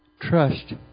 Trust